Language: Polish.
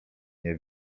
nie